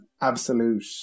Absolute